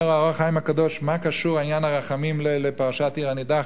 אומר "אור החיים" הקדוש: מה קשור עניין הרחמים לפרשת עיר הנידחת?